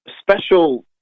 special